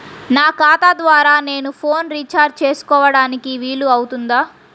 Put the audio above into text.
నా ఖాతా ద్వారా నేను ఫోన్ రీఛార్జ్ చేసుకోవడానికి వీలు అవుతుందా?